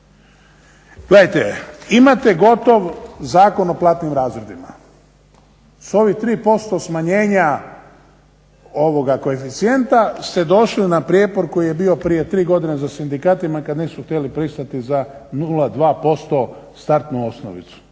Gledajte, imate gotov Zakon o platnim razredima, s ovih 3% smanjenja ovoga koeficijenta ste došli na prijepor koji je bio prije 3 godine za sindikatima i kad nisu htjeli pristati za 0,2% startnu osnovicu.